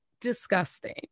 disgusting